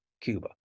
Cuba